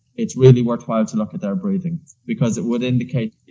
it's really worthwhile to look at their breathing because it would indicate